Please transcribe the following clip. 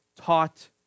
taught